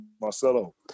Marcelo